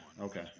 okay